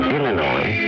Illinois